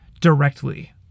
directly